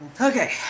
Okay